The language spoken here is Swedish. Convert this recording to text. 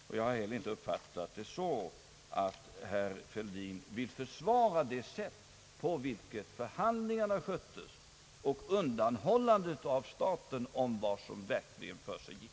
Jag har inte heller uppfattat saken så att herr Fälldin vill försvara det sätt på vilket förhandlingarna sköttes och det förhållandet att staten undanhölls vad som verkligen försiggick.